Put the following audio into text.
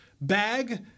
bag